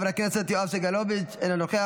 חבר הכנסת יואב סגלוביץ' אינו נוכח,